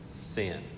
Sin